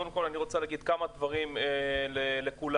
אני רוצה להגיד כמה דברים, בואו